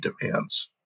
demands